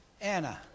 Anna